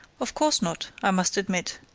of course not, i must admit.